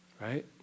right